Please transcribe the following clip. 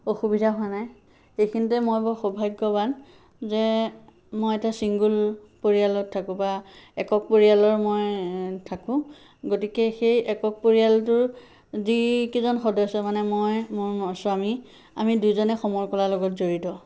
অসুবিধা হোৱা নাই এইখিনিতে মই বৰ সৌভাগ্যবান মই এতিয়া ছিংগুল পৰিয়ালত থাকোঁ বা একক পৰিয়ালৰ মই থাকোঁ গতিকে সেই একক পৰিয়ালটোৰ যিকেইজন সদস্য মানে মই মোৰ স্বামী আমি দুইজনে সমৰকলাৰ লগত জড়িত